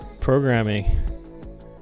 programming